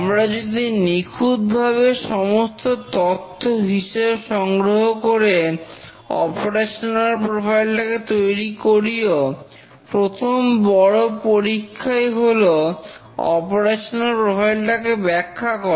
আমরা যদি নিখুঁতভাবে সমস্ত তথ্য হিসেব সংগ্রহ করে অপারেশনাল প্রোফাইল টাকে তৈরি করিও প্রথম বড় পরীক্ষাই হল অপারেশনাল প্রোফাইল টাকে ব্যাখ্যা করা